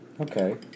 Okay